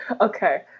Okay